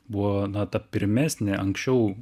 buvo na ta pirmesnė anksčiau